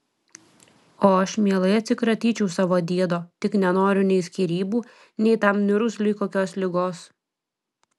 o aš mielai atsikratyčiau savo diedo tik nenoriu nei skyrybų nei tam niurgzliui kokios ligos